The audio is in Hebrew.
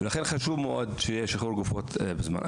לכן, חשוב מאוד שיהיה שחרור גופות בזמן.